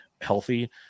healthy